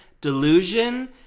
delusion